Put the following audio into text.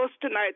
tonight